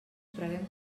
preguem